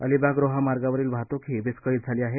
अलिबाग रोहा मार्गावरील वाहतूकही विस्कळीत झाली आहे